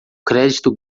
crédito